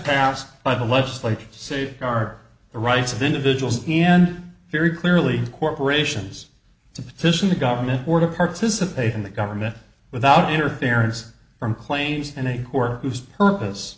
passed by the legislature safeguard the rights of individuals and very clearly corporations to petition the government or to participate in the government without interference from claims and who are whose purpose